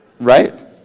Right